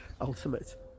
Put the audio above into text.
ultimate